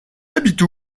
habite